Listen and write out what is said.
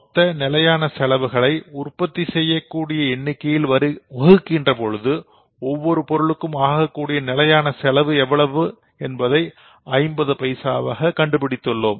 மொத்த நிலையான செலவுகளை உற்பத்தி செய்யக்கூடிய எண்ணிக்கையில் வகுக்கின்ற பொழுது ஒவ்வொரு பொருளுக்கும் ஆகக்கூடிய நிலையான செலவு எவ்வளவு என்பதை 50 பைசாவாக கண்டுள்ளோம்